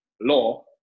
law